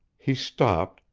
he stopped,